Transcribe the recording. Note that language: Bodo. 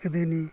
गोदोनि